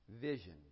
vision